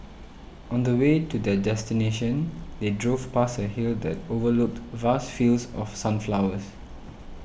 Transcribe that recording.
on the way to their destination they drove past a hill that overlooked vast fields of sunflowers